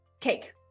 cake